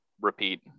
repeat